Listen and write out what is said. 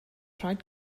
rhaid